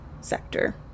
sector